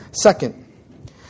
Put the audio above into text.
Second